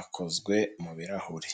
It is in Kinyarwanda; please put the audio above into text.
akozwe mu birahuri.